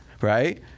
right